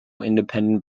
independent